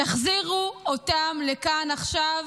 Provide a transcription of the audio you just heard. תחזירו אותם לכאן עכשיו,